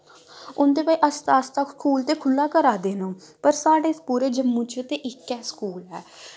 उंदे तांई आस्ता आस्ता स्कूल ते खु'ल्ला करा दे न पर साढ़े जम्मू च ते इक्कै स्कूल ऐ